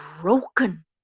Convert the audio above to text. broken